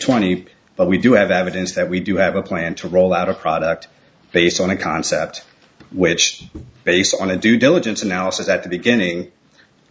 twenty but we do have evidence that we do have a plan to roll out a product based on a concept which based on a due diligence analysis at the beginning